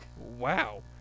Wow